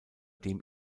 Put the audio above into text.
dem